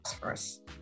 first